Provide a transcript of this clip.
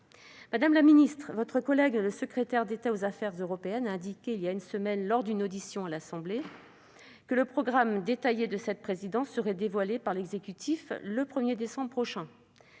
Madame la secrétaire d'État, votre collègue secrétaire d'État aux affaires européennes a indiqué voilà une semaine, lors d'une audition à l'Assemblée nationale, que le programme détaillé de cette présidence serait dévoilé par l'exécutif le 1 décembre prochain.